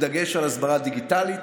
בדגש על הסברה דיגיטלית.